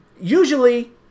usually